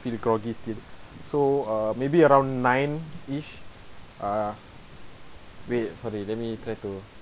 feel groggy still so uh maybe around nineish uh wait sorry let me try to